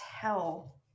tell